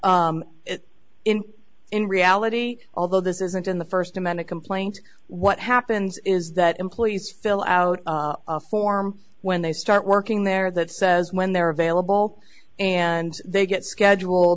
in in reality although this isn't in the first amended complaint what happens is that employees fill out a form when they start working there that says when they're available and they get schedule